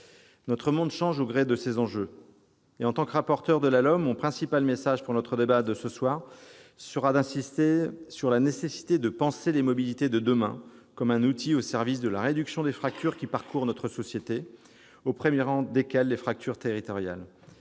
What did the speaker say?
Notre monde change au gré de ces enjeux. Et, en tant que rapporteur de la LOM, mon principal message pour notre débat de cette fin d'après-midi sera d'insister sur la nécessité de penser les mobilités de demain comme un outil au service de la réduction des fractures qui parcourent notre société, au premier rang desquelles les fractures territoriales.